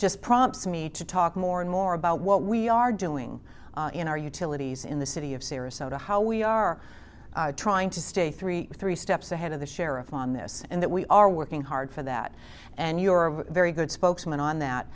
just prompts me to talk more and more about what we are doing in our utilities in the city of syria so to how we are trying to stay three three steps ahead of the sheriff on this and that we are working hard for that and you're a very good spokesman on that